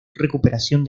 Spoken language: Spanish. recuperación